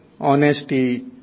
honesty